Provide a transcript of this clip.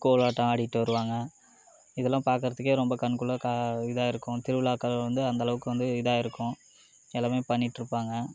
கோலாட்டம் ஆடிகிட்டு வருவாங்க இதலாம் பாக்கிறதுக்கே ரொம்ப கண்கொள்ளா இதாக இருக்கும் திருவிழாக்கள் வந்து அந்தளவுக்கு வந்து இதாக இருக்கும் எல்லாம் பண்ணிகிட்ருப்பாங்க